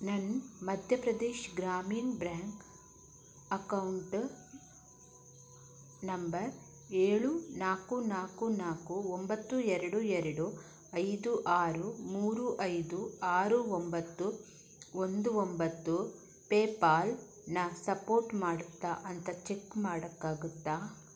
ನನ್ನ Madhya Pradesh Gramin bank account number ಏಳು ನಾಲ್ಕು ನಾಲ್ಕು ನಾಲ್ಕು ಒಂಬತ್ತು ಎರಡು ಎರಡು ಐದು ಆರು ಮೂರು ಐದು ಆರು ಒಂಬತ್ತು ಒಂದು ಒಂಬತ್ತು ಪೇಪಾಲ್ನ ಸಪೋರ್ಟ್ ಮಾಡುತ್ತ ಅಂತ ಚೆಕ್ ಮಾಡೋಕಾಗುತ್ತಾ